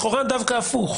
כי לכאורה זה דווקא הפוך.